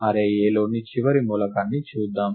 array Aలోని చివరి మూలకాన్ని చూద్దాం